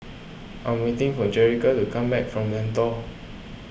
I'm waiting for Jerrica to come back from Lentor